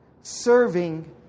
serving